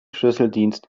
schlüsseldienst